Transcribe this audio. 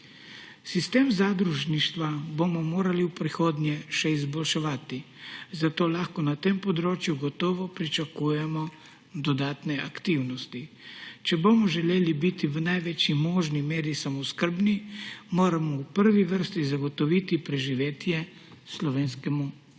Sistem zadružništva bomo morali v prihodnje še izboljševati, zato lahko na tem področju gotovo pričakujemo dodatne aktivnosti. Če bomo želeli biti v največji možni meri samooskrbni, moramo v prvi vrsti zagotoviti preživetje slovenskemu kmetu.